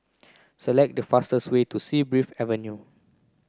select the fastest way to Sea Breeze Avenue